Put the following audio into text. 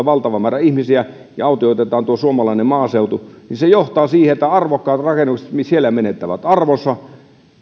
valtava määrä ihmisiä ja autioitetaan tuo suomalainen maaseutu johtaa siihen että arvokkaat rakennukset muualla menettävät arvonsa